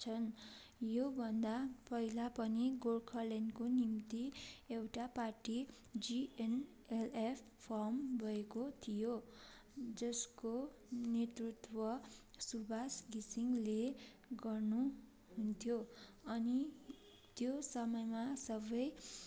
छन् योभन्दा पहिला पनि गोर्खाल्यान्डको निम्ति एउटा पार्टी जिएनएलएफ फर्म भएको थियो जसको नेतृत्व सुवास घिसिङले गर्नुहुन्थ्यो अनि त्यो समयमा सबै